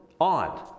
on